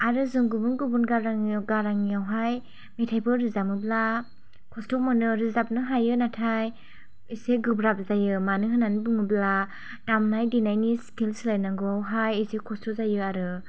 आरो जों गुबुन गुबुन गारां गारांनियावहाय मेथाइफोर रोजाबोब्ला खस्थ' मोनो रोजाबनो हायो नाथाय इसे गोब्राब जायो मानो होननानै बुङोब्ला दामनाय देनायनि स्किल्स सोलायनांगौआवहाय एसे खस्थ' जायो आरो